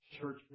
church